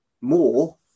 more